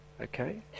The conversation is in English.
Okay